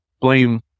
blame